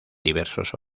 diversos